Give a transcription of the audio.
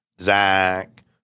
Zach